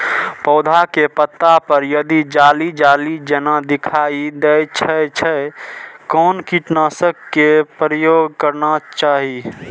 पोधा के पत्ता पर यदि जाली जाली जेना दिखाई दै छै छै कोन कीटनाशक के प्रयोग करना चाही?